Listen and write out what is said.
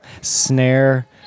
snare